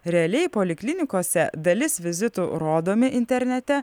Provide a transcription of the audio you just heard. realiai poliklinikose dalis vizitų rodomi internete